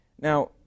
Now